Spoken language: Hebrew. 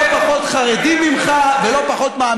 לא פחות חרדים ממך